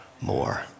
more